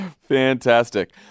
Fantastic